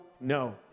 no